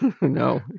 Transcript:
No